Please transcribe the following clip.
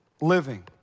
living